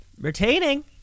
Retaining